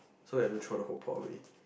so they do throw the Polly